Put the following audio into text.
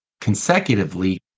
consecutively